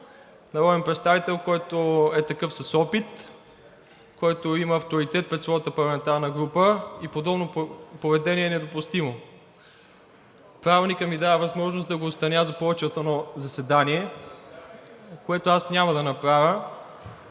народен представител, който е такъв с опит, който има авторитет пред своята парламентарна група, и подобно поведение е недопустимо. Правилникът ми дава възможност да го отстраня за повече от едно заседание, което аз няма да направя,